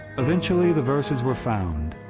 eventually the verses were found,